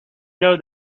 know